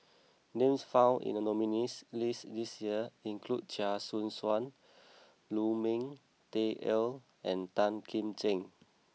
names found in the nominees' list this year include Chia Choo Suan Lu Ming Teh Earl and Tan Kim Ching